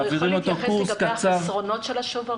אתה יכול בבקשה להתייחס לחסרונות של השוברים.